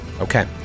Okay